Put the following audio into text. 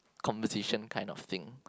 composition kind of thing